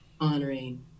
honoring